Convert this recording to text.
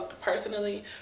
personally